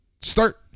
Start